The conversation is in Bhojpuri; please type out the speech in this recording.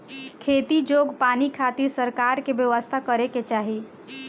खेती जोग पानी खातिर सरकार के व्यवस्था करे के चाही